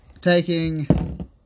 Taking